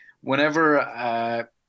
whenever